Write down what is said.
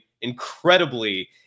incredibly